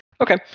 Okay